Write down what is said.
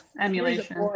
Emulation